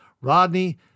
Rodney